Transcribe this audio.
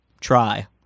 try